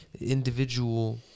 individual